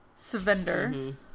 Savender